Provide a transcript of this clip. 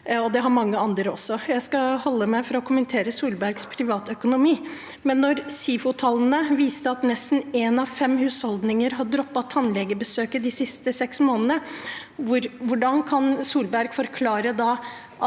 det har mange andre også. Jeg skal avstå fra å kommentere Solbergs privatøkonomi, men når SIFO-tall viser at nesten én av fem husholdninger har droppet tannlegebesøket de siste seks månedene, hvordan kan Solberg da forklare